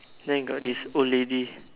then got this old lady